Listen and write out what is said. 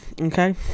okay